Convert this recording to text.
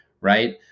Right